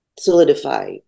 solidify